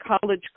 college